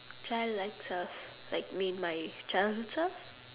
child likes uh like mean my childhood stuff